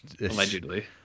Allegedly